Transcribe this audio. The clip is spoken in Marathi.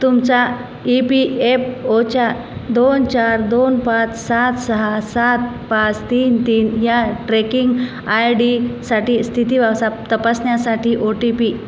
तुमच्या ई पी एफ ओ च्या दोन चार दोन पाच सात सहा सात पाच तीन तीन या ट्रेकिंग आय डी साठी स्थिती अ प तपासण्यासाठी ओ टी पी